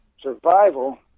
survival